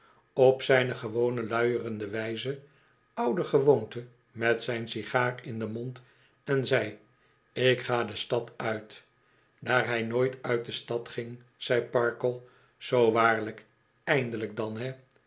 op zijn gewone luierende wijze oudergewoonte met zjn sigaar in den mond en zei ik ga de stad uit daar hij nooit uit de stad ging zei parkle zoo waarlijk eindelijk dan he